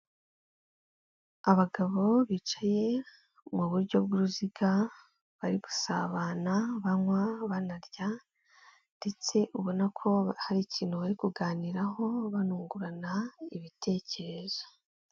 Abagabo bicaye mu buryo bw'uruziga bari gusabana banywa banarya, ndetse ubona ko hari ikintu bari kuganiraho, banungurana ibitekerezo.